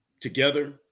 together